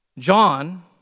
John